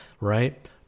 right